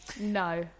No